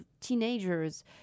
teenagers